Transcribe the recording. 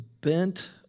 bent